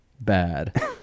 Bad